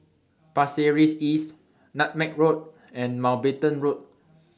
Pasir Ris East Nutmeg Road and Mountbatten Road